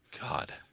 God